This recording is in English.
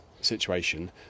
situation